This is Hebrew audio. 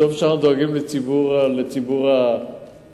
טוב שאנחנו דואגים לציבור כולו,